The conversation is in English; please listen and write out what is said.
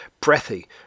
breathy